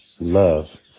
love